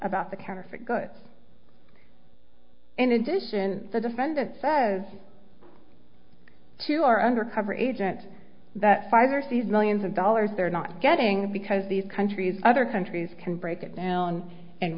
about the counterfeit goods in addition the defendant says to our undercover agent that pfizer sees millions of dollars they're not getting because these countries other countries can break it down and